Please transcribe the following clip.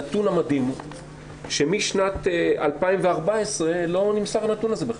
הנתון המדהים הוא שמשנת 2014 לא נמסר הנתון הזה בכלל,